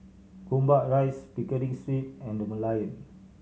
Gombak Rise Pickering Street and The Merlion